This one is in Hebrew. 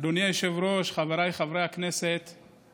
אדוני היושב-ראש, חבריי חברי הכנסת, יום